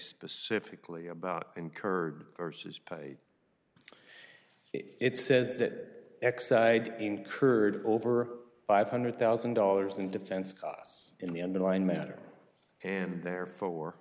specifically about incurred versus paid it says that exide incurred over five hundred thousand dollars in defense costs in the underlying matter and therefore